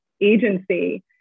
agency